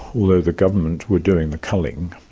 although the government were doing the culling,